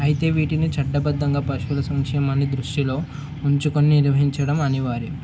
అయితే వీటిని చట్టబద్ధంగా పశువుల సంక్షేమాన్ని దృష్టిలో ఉంచుకొని నిర్వహించడం అనివార్యం